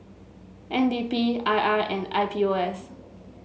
N D P I R and I P O S